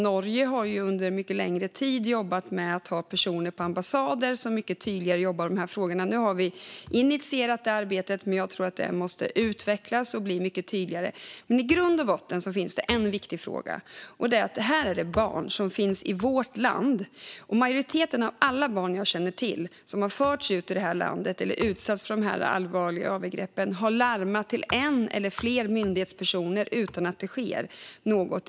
Norge har under mycket längre tid haft personer på ambassader som tydligare jobbar med dessa frågor. Nu har vi initierat det arbetet, men jag tror att det måste utvecklas och bli mycket tydligare. I grund och botten finns det en viktig fråga: Det här är barn som finns i vårt land. Majoriteten av alla barn jag känner till som har förts ut ur landet eller utsatts för allvarliga övergrepp har larmat till en eller flera myndighetspersoner utan att något direkt har skett.